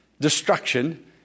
destruction